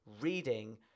reading